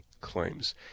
claims